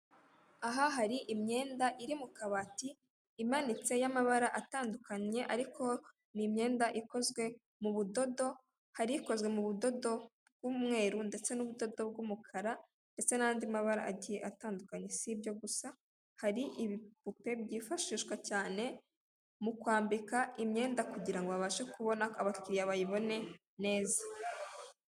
Aha hari imyenda iri mu kabati imanitse y'amabara atandukanye, ariko ni imyenda ikozwe mu budodo, hari ikozwe mu budodo bw'umweru ndetse n'ubudodo bw'umukara ndetse n'andi mabara agiye atandukanye, sibyo gusa hari ibipupe byifashishwa cyane mu kwambika imyenda kugirango abashe kubona abakiriya bayibone neza.